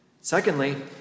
Secondly